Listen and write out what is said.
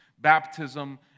baptism